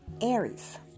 Aries